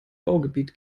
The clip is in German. baugebiet